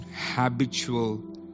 habitual